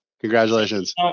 Congratulations